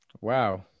Wow